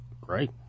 great